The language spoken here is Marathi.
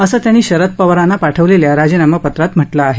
असं त्यांनी शरद पवारांना पाठविलेल्या राजीनामा पत्रात म्हटलं आहे